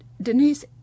Denise